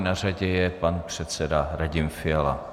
Na řadě je pan předseda Radim Fiala.